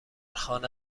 خانه